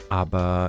aber